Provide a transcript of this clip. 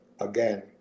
again